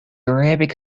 arabic